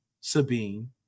Sabine